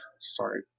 sorry